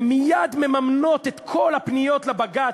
הן מייד מממנות את כל הפניות לבג"ץ.